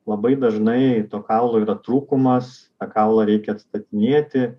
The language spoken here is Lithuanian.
labai dažnai to kaulo yra trūkumas kaulą reikia atstatinėti